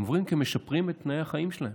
הם עוברים כי הם משפרים את תנאי החיים שלהם,